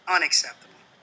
Unacceptable